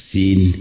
seen